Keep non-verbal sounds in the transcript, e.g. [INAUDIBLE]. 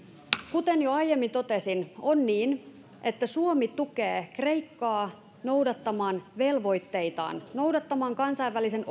kuten jo aiemmin totesin on niin että suomi tukee kreikkaa noudattamaan velvoitteitaan noudattamaan kansainvälisen [UNINTELLIGIBLE]